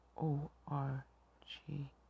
O-R-G